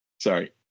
Sorry